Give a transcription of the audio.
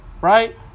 right